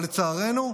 אבל לצערנו,